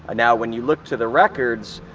ah now, when you look to the records,